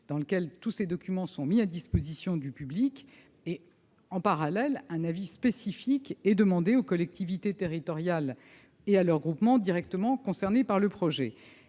organisée, et tous ces documents sont alors mis à disposition du public. En parallèle, un avis spécifique est demandé aux collectivités territoriales et à leurs groupements directement concernés par le projet.